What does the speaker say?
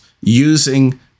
using